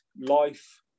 life